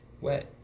wet